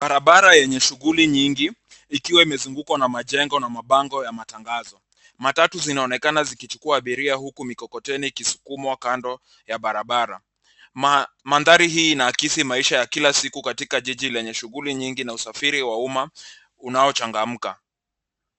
Barabara yenye shughuli nyingi ikiwa imezungukwa na majengo na mabango ya matangazo. Matatu zinaonekana zikichukua abiria huku mikokoteni ikisukumwa kando ya barabara. Mandhari hii inaakisi maisha ya kila siku katika jiji lenye shughuli nyingi na usafiri wa umma unaochangamka.